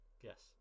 Yes